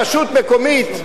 רשות מקומית,